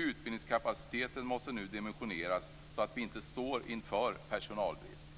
Utbildningskapaciteten måste nu dimensioneras så att vi inte står inför personalbrist.